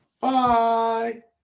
Bye